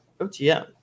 OTM